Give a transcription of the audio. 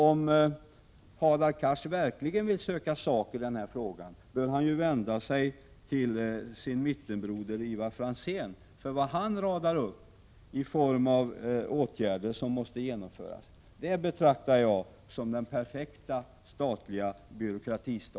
Om Hadar Cars verkligen vill söka sak i denna fråga bör han vända sig till sin mittenbroder Ivar Franzén, eftersom de åtgärder som Ivar Franzén radar upp och som han anser måste vidtas anser jag skulle innebära den perfekta statliga byråkratin.